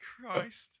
christ